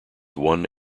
one